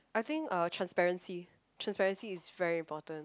I think uh transparency transparency is very important